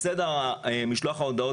בסדר משלוח ההודעות,